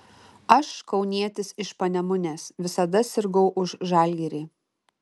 aš kaunietis iš panemunės visada sirgau už žalgirį